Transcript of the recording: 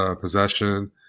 possession